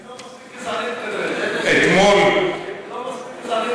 אל תפריע, אל תפריע.